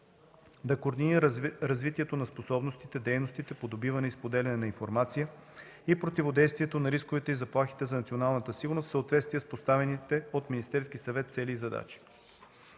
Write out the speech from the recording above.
да координира развитието на способностите, дейностите по добиване и споделяне на информация и противодействието на рисковете и заплахите за националната сигурност, в съответствие с поставените от Министерския съвет цели и задачи;